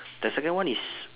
the second one is